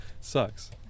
Sucks